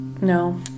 No